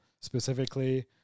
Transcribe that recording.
specifically